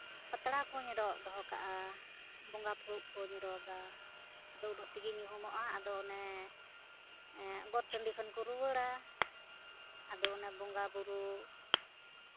ᱯᱟᱛᱲᱟ ᱠᱩᱧ ᱨᱚᱜ ᱫᱚᱦᱚ ᱠᱟᱜᱼᱟ ᱵᱚᱸᱜᱟ ᱯᱷᱩᱲᱩᱜ ᱠᱩᱧ ᱨᱚᱜᱟ ᱟᱫᱚ ᱩᱱᱟᱹᱜ ᱛᱮᱜᱮ ᱧᱩᱦᱩᱢᱚᱜᱼᱟ ᱟᱫᱚ ᱚᱱᱮ ᱜᱚᱴ ᱴᱟᱹᱰᱤ ᱠᱷᱚᱱ ᱠᱚ ᱨᱩᱣᱟᱹᱲᱟ ᱟᱫᱚ ᱚᱱᱮ ᱵᱚᱸᱜᱟᱼᱵᱩᱨᱩ